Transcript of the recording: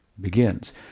begins